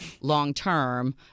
long-term